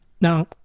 Now